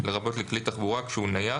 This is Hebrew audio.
לרבות לכלי תחבורה כשהוא נייח,